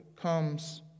comes